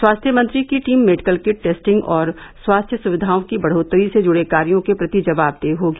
स्वास्थ मंत्री की टीम मेडिकल किट टेस्टिंग और स्वास्थ्य सुविधाओं की बढ़ोत्तरी से जुड़े कार्यो के प्रति जवाबदेह होगी